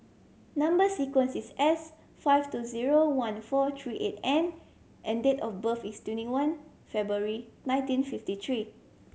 number sequence is S five two zero one four three eight N and date of birth is twenty one February nineteen fifty three